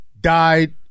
died